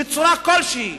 בצורה כלשהי.